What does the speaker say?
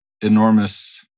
enormous